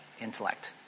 intellect